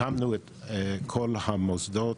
הקמנו את כל המוסדות,